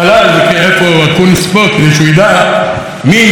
כדי שידע מי המציא בעצם את השם של המשרד שלו,